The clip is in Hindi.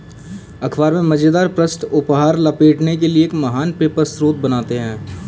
अख़बार में मज़ेदार पृष्ठ उपहार लपेटने के लिए एक महान पेपर स्रोत बनाते हैं